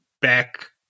back